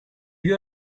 you